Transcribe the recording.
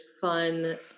fun